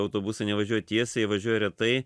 autobusai nevažiuoja tiesiai važiuoja retai